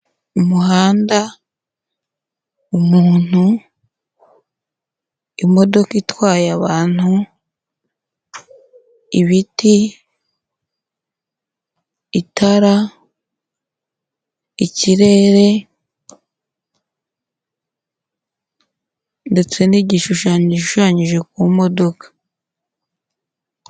Umuhanda, umuntu, imodoka itwaye abantu, ibiti, itara, ikirere ndetse n'igishushanyo gishushanyije ku modoka.